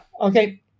Okay